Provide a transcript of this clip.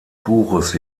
buches